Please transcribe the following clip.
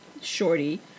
shorty